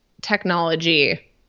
technology